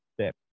step